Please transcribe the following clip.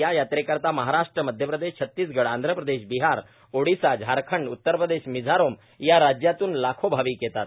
या यात्रेकरता महाराष्ट्र मध्य प्रदेश छत्तीसगड आंध प्रदेश बिहार ओडिसा झारखंड उत्तर प्रदेश मिझोराम या राज्यातून लाखो भाविक येतात